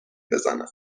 بزنم